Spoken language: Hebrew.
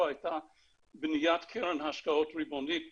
הייתה 'בניית קרן השקעות ריבונית בישראל,